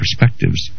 perspectives